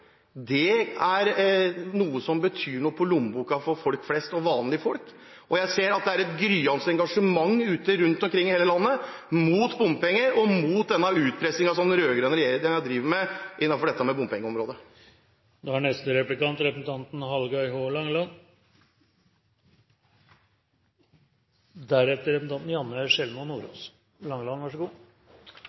Det er noe som betyr noe for lommeboka for folk flest og vanlige folk. Og jeg ser at det er et gryende engasjement rundt om i hele landet mot bompenger og mot denne utpressingen som den rød-grønne regjeringen driver med når det gjelder bompenger. Når me høyrer på representanten Ketil Solvik-Olsen, kan det verka som at både klimagassproblemet og handlingsregelen er